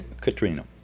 katrina